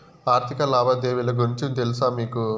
ఆర్థిక లావాదేవీల గురించి తెలుసా మీకు